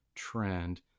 trend